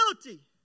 ability